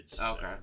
okay